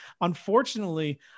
unfortunately